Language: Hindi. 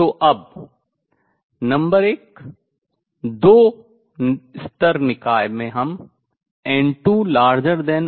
तो अब नंबर एक दो स्तर निकाय में हम n2n1 प्राप्त नहीं कर सकते हैं क्यों